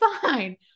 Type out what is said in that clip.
fine